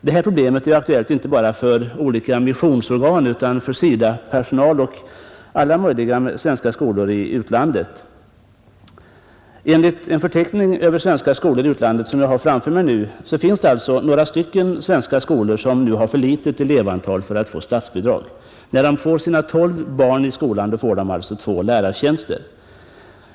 Det här problemet är aktuellt inte bara för olika missionsorgan utan för SIDA-personal och flera möjliga svenska skolor i utlandet. Enligt en förteckning över svenska skolor i utlandet som jag har framför mig finns det nu några stycken svenska skolor som har för litet elevantal för att få statsbidrag. När de får sina tolv barn i skolan får de dock till två lärartjänster.